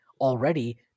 Already